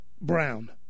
brown